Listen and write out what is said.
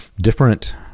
different